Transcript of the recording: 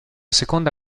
seconda